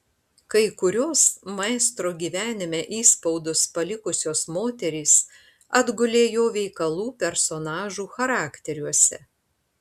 kai kurios maestro gyvenime įspaudus palikusios moterys atgulė jo veikalų personažų charakteriuose